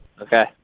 Okay